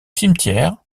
cimetière